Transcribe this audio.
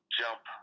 jump